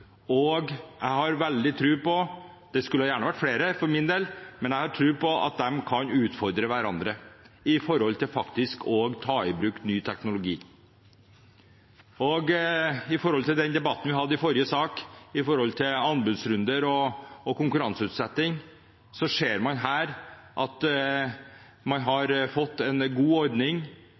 dem. Jeg har veldig tro på at de – det skulle gjerne vært flere for min del – kan utfordre hverandre når det gjelder å ta i bruk ny teknologi. Når det gjelder debatten vi hadde i forrige uke om anbudsrunder og konkurranseutsetting, ser man at her har man har fått en god ordning.